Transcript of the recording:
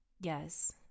Yes